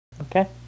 Okay